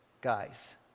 guys